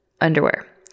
underwear